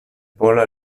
pola